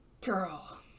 Girl